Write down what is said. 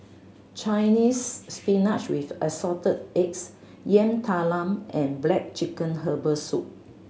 Chinese Spinach with Assorted Eggs Yam Talam and black chicken herbal soup